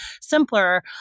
simpler